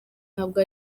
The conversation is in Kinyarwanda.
ntabwo